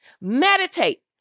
Meditate